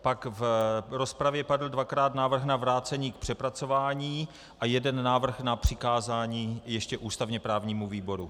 Pak v rozpravě padl dvakrát návrh na vrácení k přepracování a jeden návrh na přikázání ještě ústavněprávnímu výboru.